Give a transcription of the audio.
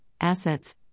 assets